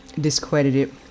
discredited